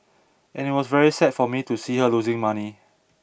and it was very sad for me to see her losing money